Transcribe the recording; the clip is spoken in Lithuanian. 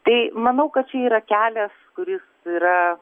tai manau kad čia yra kelias kuris yra